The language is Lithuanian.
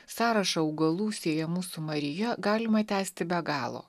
sąrašą augalų siejamų su marija galima tęsti be galo